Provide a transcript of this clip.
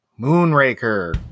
Moonraker